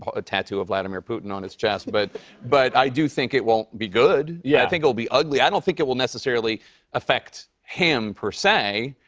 a tattoo of vladimir putin on his chest. but but i do think it won't be good. yeah. i think it'll be ugly. i don't think it will necessarily affect him, per se.